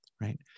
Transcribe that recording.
right